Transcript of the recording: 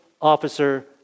officer